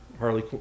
Harley